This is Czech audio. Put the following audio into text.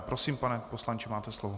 Prosím, pane poslanče, máte slovo.